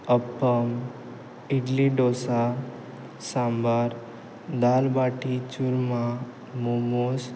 appam idli dosa sambar dal baati churma momos